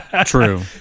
True